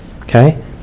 okay